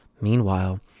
meanwhile